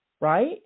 right